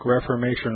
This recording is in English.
Reformation